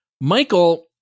Michael